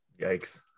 Yikes